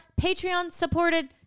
Patreon-supported